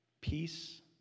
Peace